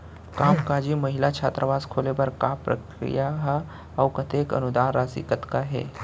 कामकाजी महिला छात्रावास खोले बर का प्रक्रिया ह अऊ कतेक अनुदान राशि कतका हे?